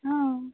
हां